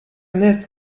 ernest